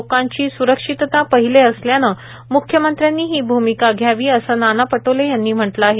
लोकांची स्रक्षिता पहिले असल्याने म्ख्यमंत्रेयांनी ही भ्मिका घ्यावी असे नाना पटोले यांनी म्हटले आहे